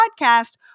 podcast